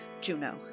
Juno